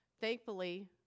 thankfully